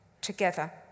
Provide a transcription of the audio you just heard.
together